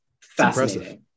fascinating